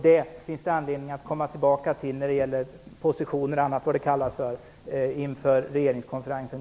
Det finns anledning att komma tillbaka till detta när det gäller positioner osv. inför regeringskonferensen